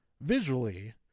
visually